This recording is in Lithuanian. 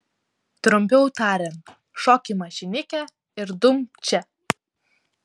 trumpiau tariant šok į mašinikę ir dumk čia